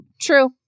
True